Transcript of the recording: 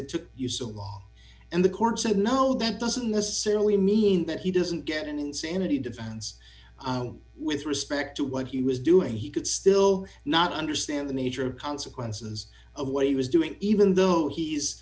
took you so long and the court said no that doesn't necessarily mean that he doesn't get an insanity defense with respect to what he was doing he could still not understand the major consequences of what he was doing even though he